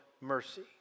mercy